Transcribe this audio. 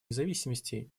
независимости